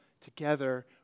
together